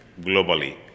globally